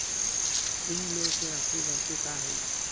ऋण लेके आखिरी राशि का हे?